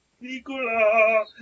Nicola